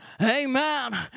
Amen